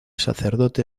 sacerdote